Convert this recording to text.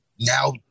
now